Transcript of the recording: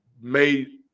made